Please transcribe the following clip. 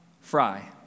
fry